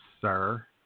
sir